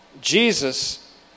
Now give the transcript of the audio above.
Jesus